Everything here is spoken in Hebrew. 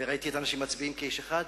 וראיתי את האנשים מצביעים כאיש אחד.